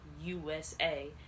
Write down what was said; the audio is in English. USA